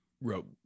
wrote